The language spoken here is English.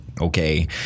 okay